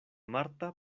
marta